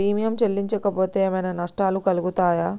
Premium చెల్లించకపోతే ఏమైనా నష్టాలు కలుగుతయా?